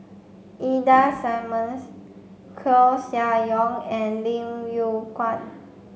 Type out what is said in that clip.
Ida Simmons Koeh Sia Yong and Lim Yew Kuan